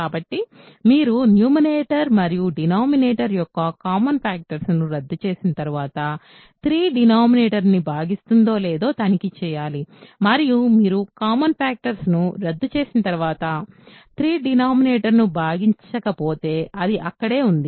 కాబట్టి మీరు న్యూమరేటర్ మరియు డినామినేటతర్ యొక్క కామన్ ఫ్యాక్టర్ రద్దు చేసిన తర్వాత 3 డినామినేటర్ ని భాగిస్తుందో లేదో తనిఖీ చేయాలి మరియు మీరు కామన్ ఫ్యాక్టర్స్ రద్దు చేసిన తర్వాత 3 డినామినేటర్ ను భాగించకపోతే అది అక్కడే ఉంది